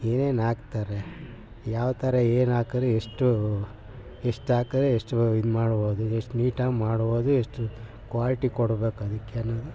ಏನೇನು ಹಾಕ್ತಾರೆ ಯಾವ ಥರ ಏನು ಹಾಕರೆ ಎಷ್ಟು ಎಷ್ಟು ಹಾಕರೆ ಎಷ್ಟು ಇದು ಮಾಡ್ಬೋದು ಎಷ್ಟು ನೀಟಾಗಿ ಮಾಡ್ಬೋದು ಎಷ್ಟು ಕ್ವಾಲಿಟಿ ಕೊಡ್ಬೇಕು ಅದಕ್ಕೆ ಅನ್ನೋದು